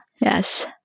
Yes